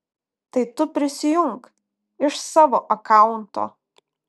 tai tu prisijunk iš savo akaunto